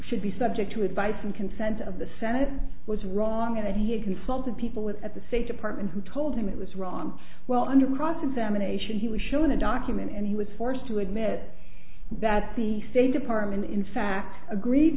should be subject to advice and consent of the senate was wrong and that he had consulted people at the state department who told him it was wrong well under cross examination he was shown a document and he was forced to admit that the state department in fact agreed